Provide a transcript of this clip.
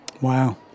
wow